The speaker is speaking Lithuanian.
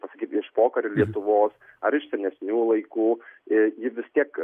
kaip pasakyt iš pokario lietuvos ar iš senesnių laikų ji vis tiek